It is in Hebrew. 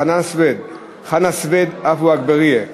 חנא סוייד ועפו אגבאריה.